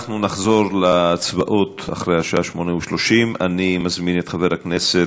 אנחנו נחזור להצבעות אחרי השעה 20:30. אני מזמין את חבר הכנסת